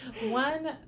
One